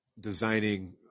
designing